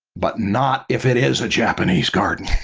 but not if it is a japanese garden.